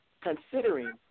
Considering